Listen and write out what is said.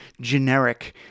generic